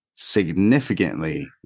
significantly